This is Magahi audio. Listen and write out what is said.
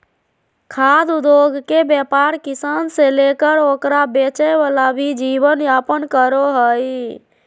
खाद्य उद्योगके व्यापार किसान से लेकर ओकरा बेचे वाला भी जीवन यापन करो हइ